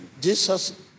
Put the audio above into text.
Jesus